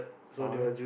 okay